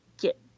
get